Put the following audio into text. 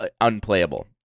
unplayable